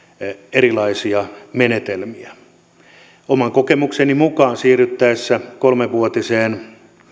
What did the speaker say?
erilaisia menetelmiä oman kokemukseni mukaan siirryttäessä kolmevuotiseen